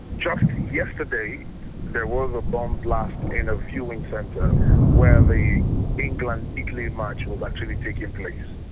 just yesterday there was a bomb blast in a viewing centre where the england-italy match was actually taking place.